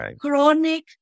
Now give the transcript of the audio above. chronic